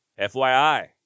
FYI